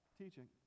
teaching